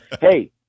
Hey